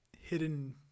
hidden